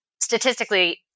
statistically